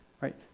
right